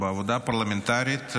בעבודה הפרלמנטרית,